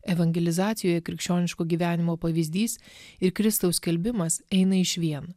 evangelizacijoje krikščioniško gyvenimo pavyzdys ir kristaus skelbimas eina išvien